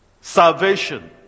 Salvation